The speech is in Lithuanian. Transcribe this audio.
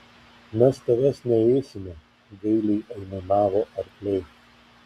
mes tavęs neėsime gailiai aimanavo arkliai